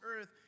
earth